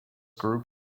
group